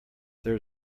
there